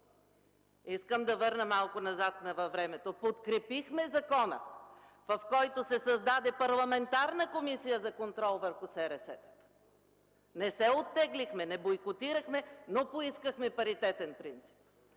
искам да се върна малко назад във времето, закона, с който се създаде Парламентарна комисия за контрол върху СРС-тата! Не се оттеглихме, не бойкотирахме, но поискахме паритетен принцип!